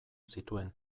zituen